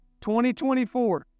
2024